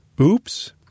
Oops